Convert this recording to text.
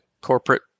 corporate